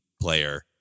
player